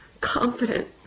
confident